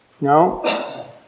No